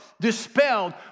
dispelled